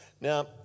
Now